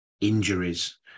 Injuries